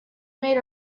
made